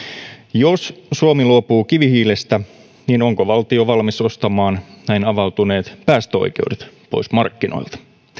jos suomi luopuu kivihiilestä niin onko valtio valmis ostamaan näin avautuneet päästöoikeudet pois markkinoilta